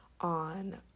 on